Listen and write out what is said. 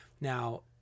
Now